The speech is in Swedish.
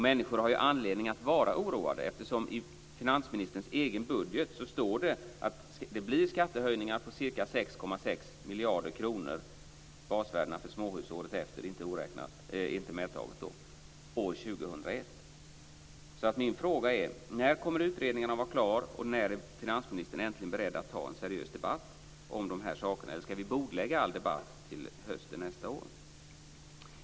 Människor har anledning att vara oroliga, eftersom det i finansministerns egen budget står att det blir skattehöjningar på ca 6,6 miljarder kronor. Basvärdena för småhus är då inte medtagna år 2001. Min fråga är: När kommer utredningarna att vara klara? När är finansministern äntligen beredd att ta en seriös debatt om de här sakerna? Eller ska vi bordlägga all debatt till hösten nästa år?